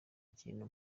ikintu